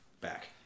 back